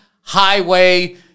Highway